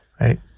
right